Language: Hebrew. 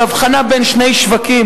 של הבחנה בין שני שווקים,